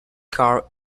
car